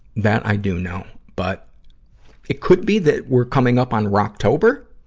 that i do know. but it could be that we're coming up on rocktober,